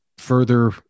further